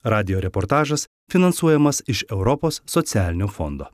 radijo reportažas finansuojamas iš europos socialinio fondo